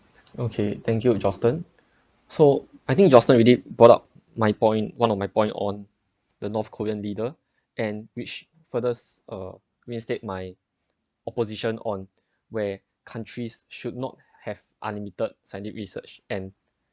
okay thank you justin so I think justin already brought up my point one of my point on the north korean leader and which furthers a reinstate my opposition on where countries should not have unlimited scientific research and